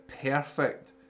perfect